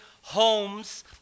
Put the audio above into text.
homes